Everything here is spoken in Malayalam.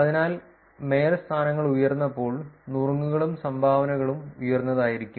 അതിനാൽ മേയർ സ്ഥാനങ്ങൾ ഉയർന്നപ്പോൾ നുറുങ്ങുകളും സംഭാവനകളും ഉയർന്നതായിരിക്കും